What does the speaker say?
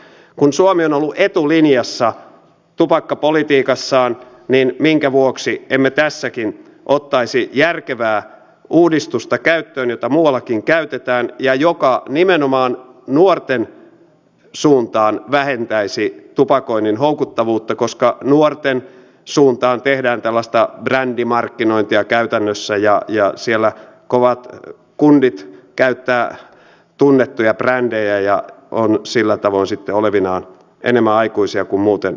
kun suomi on ollut etulinjassa tupakkapolitiikassaan niin minkä vuoksi emme tässäkin ottaisi järkevää uudistusta käyttöön jota muuallakin käytetään ja joka nimenomaan nuorten suuntaan vähentäisi tupakoinnin houkuttavuutta koska nuorten suuntaan tehdään tällaista brändimarkkinointia käytännössä ja siellä kovat kundit käyttävät tunnettuja brändejä ja ovat sillä tavoin sitten olevinaan enemmän aikuisia kuin muuten ovatkaan